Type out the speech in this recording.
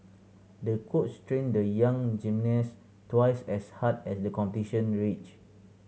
the coach trained the young gymnast twice as hard as the competition reach